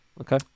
Okay